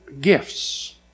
gifts